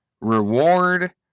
reward